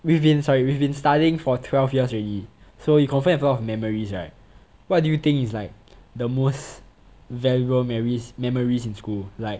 we've been sorry we've been studying for twelve years already so you confirm have a lot of memories right what do you think is like the most valuable memories memories in school like